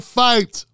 fight